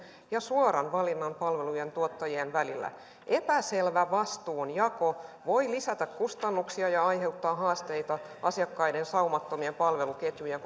ja suoran valinnan palvelujen tuottajien välillä epäselvä vastuunjako voi lisätä kustannuksia ja aiheuttaa haasteita asiakkaiden saumattomien palveluketjujen